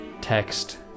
text